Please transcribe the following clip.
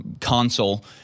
console